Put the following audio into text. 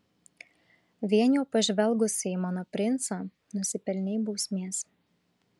vien jau pažvelgusi į mano princą nusipelnei bausmės